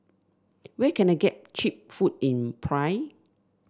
where can I get cheap food in Praia